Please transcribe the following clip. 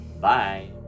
Bye